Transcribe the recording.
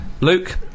Luke